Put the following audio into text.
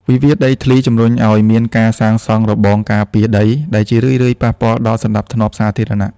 វិវាទដីធ្លីជំរុញឱ្យមានការសាងសង់របងការពារដី ដែលជារឿយៗប៉ះពាល់ដល់សណ្ដាប់ធ្នាប់សាធារណៈ។